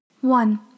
One